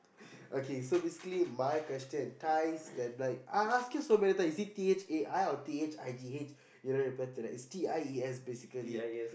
okay so basically my question ties that like I ask you so many times is it T H A I or T H I G H you don't reply to that it's T I E S basically